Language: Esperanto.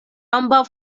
ambaŭ